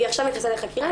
היא עכשיו נכנסה לחקירה,